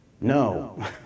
no